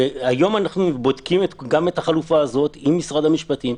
היום אנחנו בודקים גם את החלופה הזאת עם משרד המשפטים.